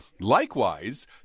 Likewise